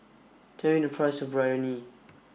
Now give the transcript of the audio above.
tell me the price of Biryani